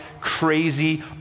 crazy